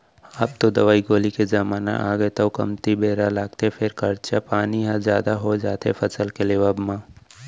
अब तो दवई गोली के जमाना आगे तौ कमती बेरा लागथे फेर खरचा पानी ह जादा हो जाथे फसल के लेवब म